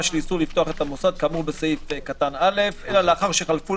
על איסור לפתוח את המוסד כאמור בסעיף קטן (א) אלא לאחר שחלפו